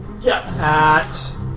Yes